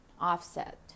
offset